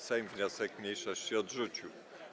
Sejm wniosek mniejszości odrzucił.